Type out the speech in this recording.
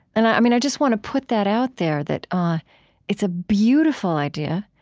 and i just want to put that out there that ah it's ah beautiful idea,